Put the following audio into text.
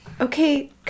okay